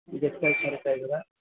guest ಆಗಿ ಕರೀತಾ ಇದ್ದೀರಾ